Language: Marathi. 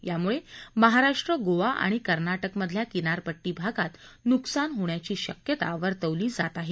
यामुळे महाराष्ट्र गोवा आणि कर्नाटकमधल्या किनारपट्टी भागात नुकसान होण्याची शक्यता वर्तवली जाते